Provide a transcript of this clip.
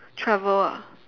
travel ah